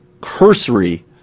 cursory